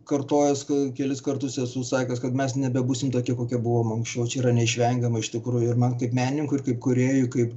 kartojas kelis kartus esu sakęs kad mes nebebūsim tokie kokie buvom anksčiau o čia yra neišvengiama iš tikrųjų ir man kaip menininkui ir kaip kūrėjui kaip